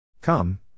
Come